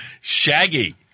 Shaggy